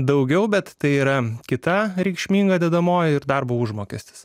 daugiau bet tai yra kita reikšminga dedamoji ir darbo užmokestis